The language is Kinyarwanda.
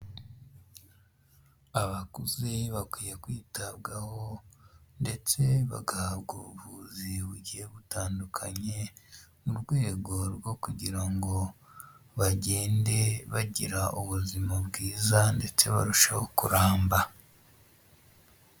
Abakuze bakwiye kwitabwaho ndetse bagahabwa ubuvuzi bugiye butandukanye mu rwego rwo kugira ngo bagende bagira ubuzima bwiza ndetse barushaho kuramba.